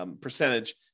percentage